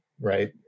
right